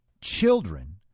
children